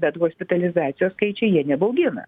bet hospitalizacijos skaičiai jie nebaugina